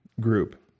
group